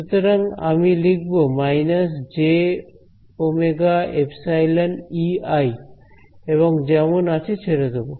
সুতরাং আমি লিখব − jωεEi এবং যেমন আছে ছেড়ে দেব